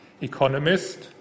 economist